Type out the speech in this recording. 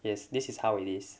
yes this is how it is